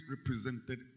represented